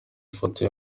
ifoto